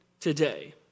today